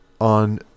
On